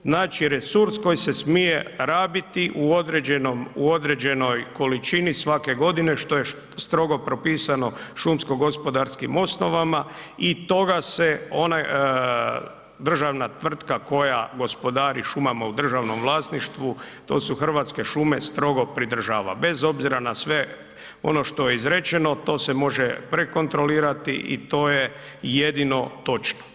Znači resurs koji se smije rabiti u određenoj količini svake godine što je strogo propisano šumsko-gospodarskim osnovama i toga se državna tvrtka koja gospodari šumama u državnom vlasništvu, to su Hrvatske šume, strogo pridržava bez obzira na sve ono što je izrečeno, to se može prekontrolirati i to je jedino točno.